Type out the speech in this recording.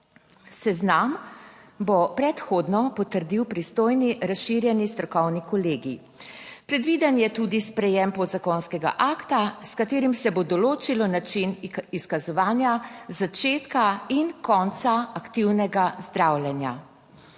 Seznam bo predhodno potrdil pristojni razširjeni strokovni kolegij. Predviden je tudi sprejem podzakonskega akta, s katerim se bo določilo način izkazovanja začetka in konca aktivnega zdravljenja.